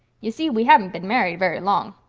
you see, we haven't been married very long.